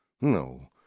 No